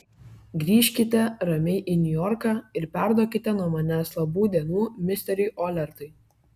grįžkite ramiai į niujorką ir perduokite nuo manęs labų dienų misteriui olertui